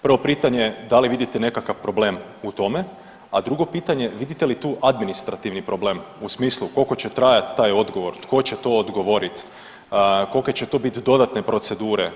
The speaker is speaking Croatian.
Prvo pitanje da li vidite nekakav problem u tome, a drugi pitanje vidite li tu administrativni problem u smislu koliko će trajat taj odgovor, tko će to odgovorit, kolike će to biti dodatne procedure?